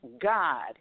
God